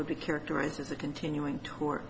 would be characterized as a continuing to